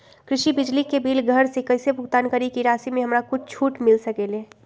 कृषि बिजली के बिल घर से कईसे भुगतान करी की राशि मे हमरा कुछ छूट मिल सकेले?